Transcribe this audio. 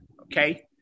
okay